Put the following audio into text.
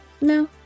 No